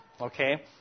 Okay